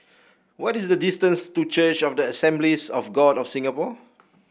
what is the distance to Church of the Assemblies of God of Singapore